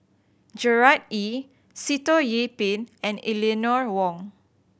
Gerard Ee Sitoh Yih Pin and Eleanor Wong